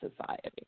society